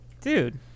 Dude